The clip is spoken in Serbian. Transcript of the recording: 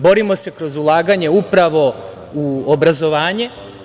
Borimo se kroz ulaganje upravo u obrazovanje.